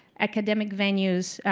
academic venues.